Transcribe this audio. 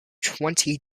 twenty